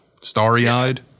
starry-eyed